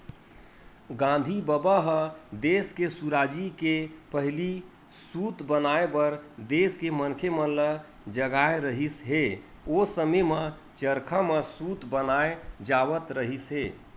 गांधी बबा ह देस के सुराजी के पहिली सूत बनाए बर देस के मनखे मन ल जगाए रिहिस हे, ओ समे म चरखा म सूत बनाए जावत रिहिस हे